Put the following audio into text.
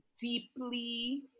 deeply